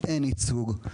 אין ייצוג.